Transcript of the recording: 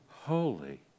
Holy